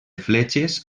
fletxes